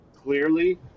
clearly